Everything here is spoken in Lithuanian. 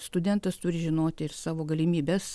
studentas turi žinoti ir savo galimybes